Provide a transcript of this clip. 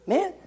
Man